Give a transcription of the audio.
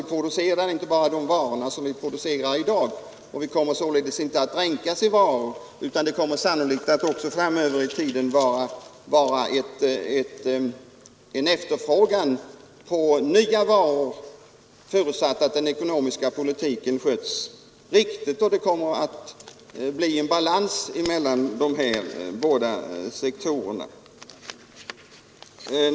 Vi producerar då inte bara de varor som vi producerar i dag. Vi kommer således inte att dränkas i varor som vi inte behöver. Det kommer sannolikt också framöver att råda efterfrågan på nya varor, förutsatt att den ekonomiska politiken sköts riktigt och att det blir balans mellan dessa båda sektorer.